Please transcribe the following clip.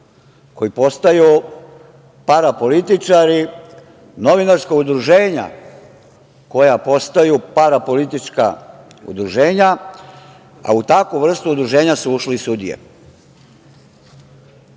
koji postaju parapolitičari, novinarska udruženja koja postaju parapolitička udruženja, a u takvu vrstu udruženja su ušle i sudije. Ovo